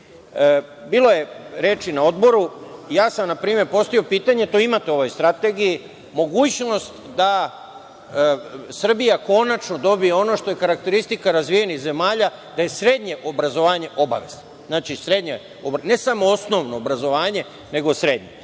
bilo je reči na odboru, ja sam npr. postavio pitanje, to imate u ovoj strategiji, mogućnost da Srbija konačno dobije ono što je karakteristika razvijenih zemalja, da je srednje obrazovanje obavezno. Znači, ne samo osnovno obrazovanje nego srednje.